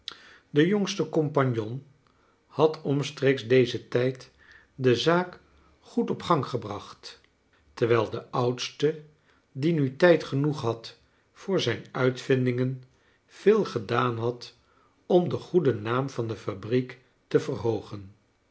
de jongste compagnon had omstreeks dezen tijd de zaak goed op gang gebracht terwijl de oudste die nu tijd genoeg had voor zijn uitvindingen veel gedaan had om den goeden naam van de f abriek te verhoogen